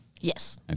Yes